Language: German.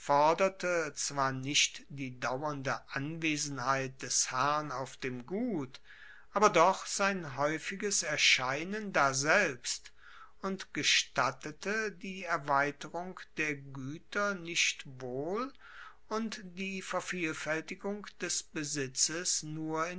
zwar nicht die dauernde anwesenheit des herrn auf dem gut aber doch sein haeufiges erscheinen daselbst und gestattete die erweiterung der gueter nicht wohl und die vervielfaeltigung des besitzes nur